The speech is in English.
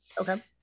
Okay